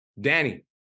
danny